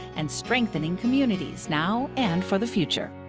and strengthening communities, now and for the future.